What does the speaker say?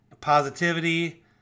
positivity